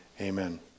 amen